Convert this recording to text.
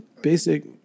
basic